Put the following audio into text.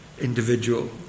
individual